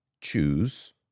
choose